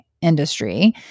industry